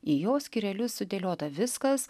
į jo skyrelius sudėliota viskas